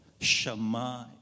Shema